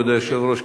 כבוד היושב-ראש,